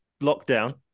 lockdown